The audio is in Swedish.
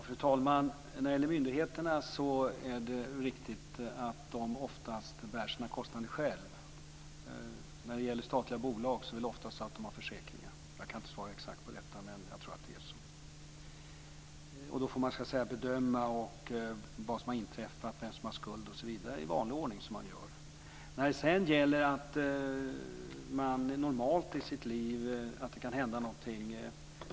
Fru talman! När det gäller myndigheterna är det riktigt att de oftast bär sina kostnader själva. När det gäller statliga bolag har de oftast försäkringar. Jag kan inte svara exakt på detta, men jag tror att det är så. Då får man bedöma vad som har inträffat, vem som har skuld osv. i vanlig ordning. Sedan gällde det huruvida man normalt i sitt liv får räkna med att det händer sådana här saker.